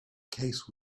case